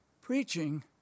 Preaching